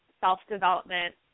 self-development